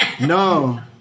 No